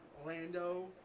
Orlando